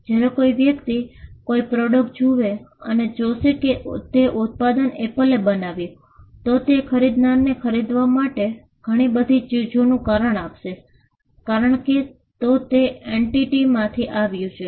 જ્યારે કોઈ વ્યક્તિ કોઈ પ્રોડક્ટ જુએ અને જોશે કે તે ઉત્પાદન એપલે બનાવ્યું તો તે ખરીદનારને ખરીદવા માટે ઘણી બધી ચીજોનું કારણ આપશે કારણ કે તે તે એન્ટિટીમાંથી આવ્યું છે